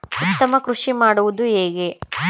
ಉತ್ತಮ ಕೃಷಿ ಮಾಡುವುದು ಹೇಗೆ?